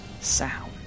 sound